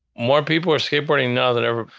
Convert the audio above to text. more people are skateboarding now than ever.